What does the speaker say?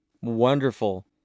wonderful